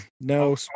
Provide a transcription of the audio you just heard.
No